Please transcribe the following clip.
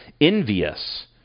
envious